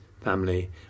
family